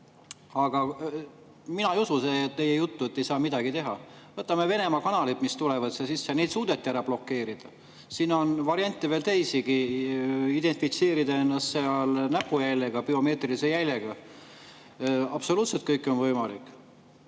Mina ei usu teie juttu, et ei saa midagi teha. Võtame Venemaa kanalid, mis tulevad sisse, need suudeti ära blokeerida. Siin on variante veel teisigi: identifitseerida ennast näpujäljega või biomeetrilise jäljega. Absoluutselt kõik on võimalik.